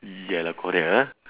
ya lah correct ah